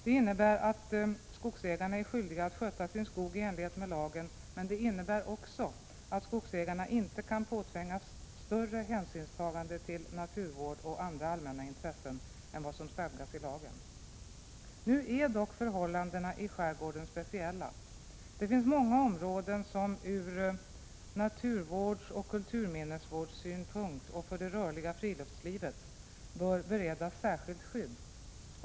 Det innebär att skogsägarna är skyldiga att sköta sin skog i enlighet med lagen, men det innebär också att skogsägarna inte kan påtvingas större hänsynstagande till naturvård och andra allmänna intressen än vad som stadgas i lagen. Nu är dock förhållandena i skärgården speciella. Det finns många områden som ur naturvårdsoch kulturminnesvårdssynpunkt och för det rörliga friluftslivet bör beredas särskilt skydd.